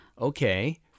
okay